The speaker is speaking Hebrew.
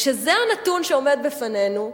כשזה הנתון שעומד בפנינו,